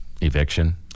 Eviction